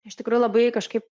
iš tikrųjų labai kažkai